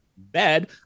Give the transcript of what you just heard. bed